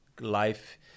life